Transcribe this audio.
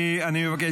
אני אבקש